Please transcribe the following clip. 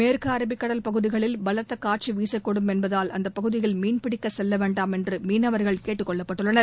மேற்கு அரபிக் கடல் பகுதிகளில் பலத்த காற்று வீசக்கூடும் என்பதால் அந்தப் பகுதியில் மீன்பிடிக்கச் செல்ல வேண்டாம் என்று மீனவர்கள் கேட்டுக் கொள்ளப்பட்டுள்ளனர்